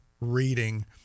reading